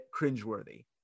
cringeworthy